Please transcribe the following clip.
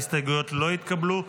ההסתייגויות לא התקבלו.